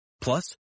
Plus